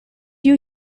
you